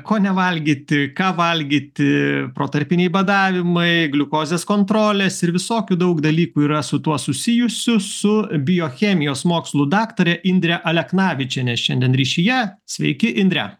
ko nevalgyti ką valgyti protarpiniai badavimai gliukozės kontrolės ir visokių daug dalykų yra su tuo susijusių su biochemijos mokslų daktare indrė aleknavičiene šiandien ryšyje sveiki indrę